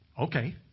okay